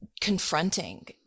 Confronting